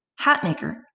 Hatmaker